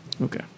Okay